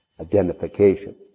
identification